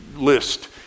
list